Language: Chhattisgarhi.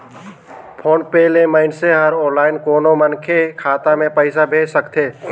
फोन पे ले मइनसे हर आनलाईन कोनो मनखे के खाता मे पइसा भेज सकथे